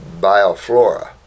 bioflora